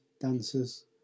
dancers